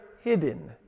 hidden